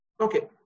Okay